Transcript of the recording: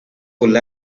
could